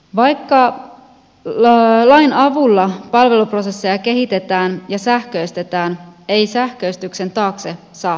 vaikka lain avulla palveluprosesseja kehitetään ja sähköistetään ei sähköistyksen taakse saa piiloutua